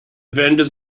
vendors